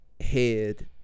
head